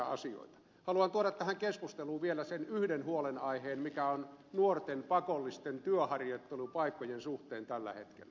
haluan tuoda tähän keskusteluun vielä yhden huolenaiheen sen mikä on nuorten pakollisten työharjoittelupaikkojen suhteen tällä hetkellä